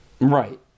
Right